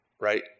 right